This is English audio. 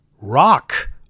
Rock